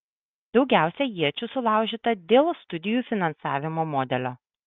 daugiausiai iečių sulaužyta dėl studijų finansavimo modelio